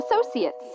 Associates